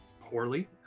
Poorly